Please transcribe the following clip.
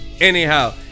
anyhow